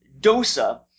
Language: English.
Dosa